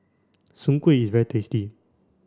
Soon Kuih is very tasty